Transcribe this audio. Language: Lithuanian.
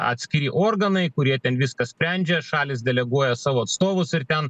atskiri organai kurie ten viską sprendžia šalys deleguoja savo atstovus ir ten